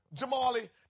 Jamali